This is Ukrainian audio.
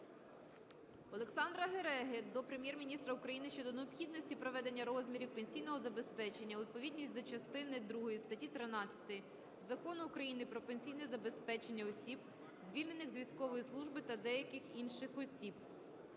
Олександра Гереги до Прем'єр-міністра України щодо необхідності приведення розмірів пенсійного забезпечення у відповідність до частини 2 статті 13 Закону України "Про пенсійне забезпечення осіб, звільнених з військової служби, та деяких інших осіб".